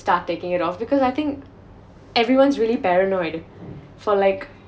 start taking it off because I think everyone's really paranoid for like